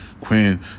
Quinn